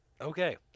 okay